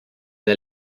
der